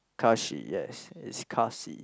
Kashi yes it's Kashi